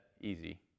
easy